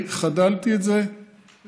אני הפסקתי את זה לחלוטין,